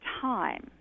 time